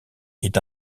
est